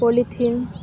polythene